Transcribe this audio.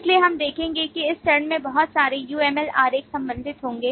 इसलिए हम देखेंगे कि इस चरण में बहुत सारे uml आरेख संबंधित होंगे